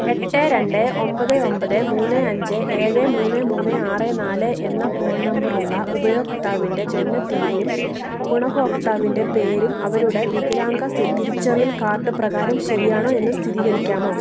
എട്ട് രണ്ട് ഒമ്പത് ഒമ്പത് മൂന്ന് അഞ്ച് ഏഴ് മൂന്ന് മൂന്ന് ആറ് നാല് എന്ന ഫോൺ നമ്പർ ഉള്ള ഉപയോക്താവിന്റെ ജനനതീയതിയും ഗുണഭോക്താവിൻ്റെ പേരും അവരുടെ വികലാംഗ സ് തിരിച്ചറിയൽ കാർഡ് പ്രകാരം ശരിയാണോ എന്ന് സ്ഥിതീകരിക്കാമോ